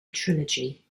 trilogy